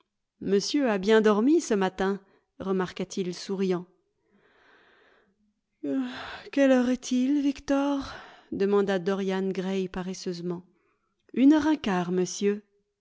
monsieur a bien dormi ce matin remarqua t il souriant quelle heure est-il victor demanda dorian gray paresseusement une heure un quart monsieur